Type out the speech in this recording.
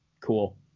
cool